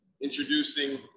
Introducing